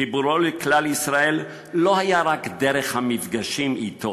חיבורו לכלל ישראל לא היה רק דרך המפגשים אתו.